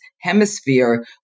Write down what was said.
hemisphere